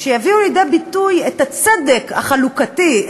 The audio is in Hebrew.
שיביאו לידי ביטוי את הצדק החלוקתי,